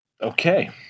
Okay